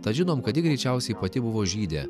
tad žinom kad ji greičiausiai pati buvo žydė